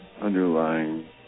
underlying